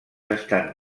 estan